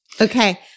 Okay